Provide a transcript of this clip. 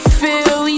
feel